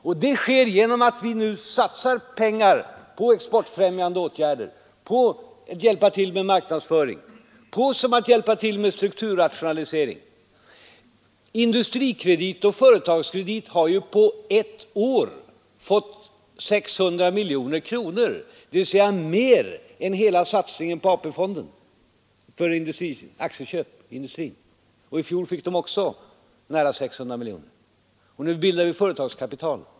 Och det sker genom att vi nu satsar pengar på exportfrämjande åtgärder, på att hjälpa till med marknadsföring och strukturrationalisering. Industrikredit och Företagskredit har på ett år fått 600 miljoner kronor — dvs. mer än hela satsningen på AP-fonden för aktieköp i industrin — och i fjol fick de också nära 600 miljoner kronor. Och nu bildar vi företagskapital.